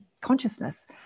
consciousness